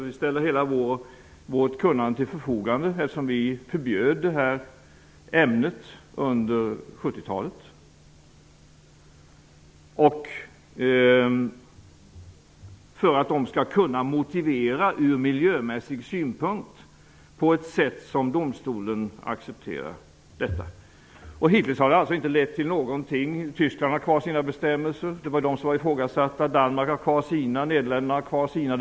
Vi ställer hela vårt kunnande till förfogande, eftersom vi förbjöd ämnet under 70-talet, för att deras motivering från miljömässiga synpunkter skall kunna accepteras av domstolen. Hittills har det inte lett till någonting. Tyskland har kvar sina bestämmelser -- det var de som var ifrågasatta. Danmark och Nederländerna har kvar sina.